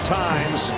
times